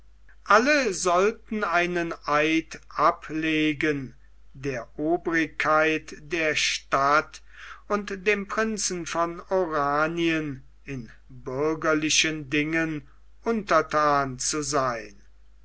alle sollten einen eid ablegen der obrigkeit der stadt und dem prinzen von oranien in bürgerlichen dingen unterthan zu sein